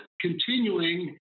continuing